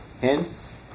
Hence